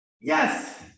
Yes